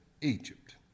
Egypt